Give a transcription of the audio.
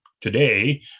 Today